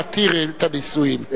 להתיר את הנישואין,